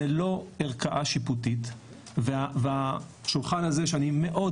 זה לא ערכאה שיפוטית והשולחן הזה שאני מאוד